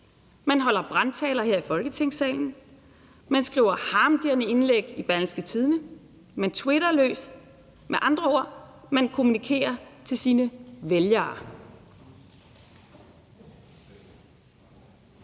Man holder brandtaler her i Folketingssalen, man skriver harmdirrende indlæg i Berlingske, og man twitter løs. Med andre ord kommunikerer man til sine vælgere.